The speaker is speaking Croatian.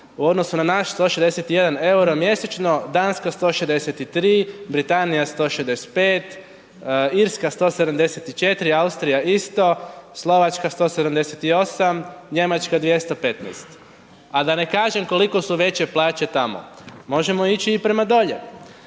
u odnosu na naš 161,00 EUR mjesečno, Danska 163, Britanija 165, Irska 174, Austrija isto, Slovačka 178, Njemačka 215, a da ne kažem koliko su veće plaće tamo. Možemo ići i prema dolje,